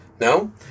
No